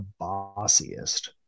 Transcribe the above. bossiest